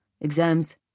Exams